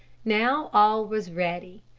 now, all was ready.